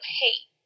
hate